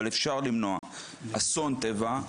אבל אפשר למנוע אסון טבע.